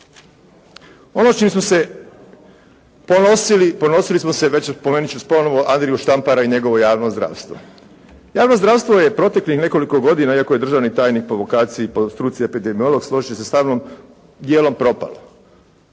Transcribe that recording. Ono s čim smo se ponosili, ponosili smo se već, spomenut ću ponovo Andriju Štampara i njegovo javno zdravstvo. Javno zdravstvo je proteklih nekoliko godina iako je državni tajnik po vokaciji, po struci epidemiolog složit će se sa mnom, dijelom propalo.